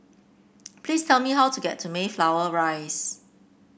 please tell me how to get to Mayflower Rise